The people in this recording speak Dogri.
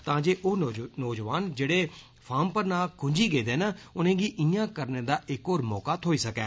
तां जे ओ नोजवान जेह्ड़े फार्म भरना खुंजी गेदे न उनेंगी इआं करने दा इक होर मौका थ्होई सकै